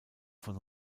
von